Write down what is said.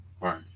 Right